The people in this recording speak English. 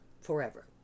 forever